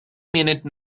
minute